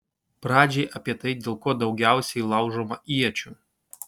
pradžiai apie tai dėl ko daugiausiai laužoma iečių